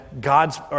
God's